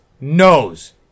knows